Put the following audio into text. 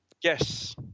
yes